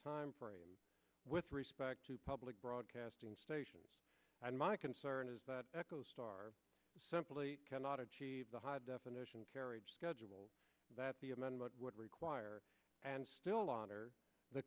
timeframe with respect to public broadcasting stations and my concern is that echo star simply cannot achieve the high definition carriage schedule that the amendment would require and still honor the